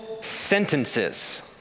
sentences